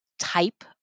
Type